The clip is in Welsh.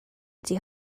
ydy